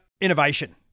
innovation